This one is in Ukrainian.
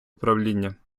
управління